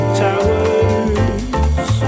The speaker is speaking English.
towers